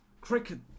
cricket